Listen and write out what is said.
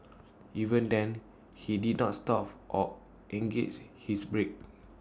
even then he did not stop or engaged his brake